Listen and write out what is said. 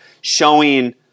showing